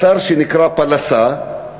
אתר שנקרא "פאלאסה".